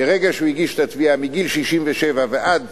מרגע שהוא הגיש את התביעה, מגיל 67 ועד